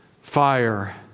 fire